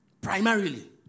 primarily